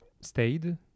stayed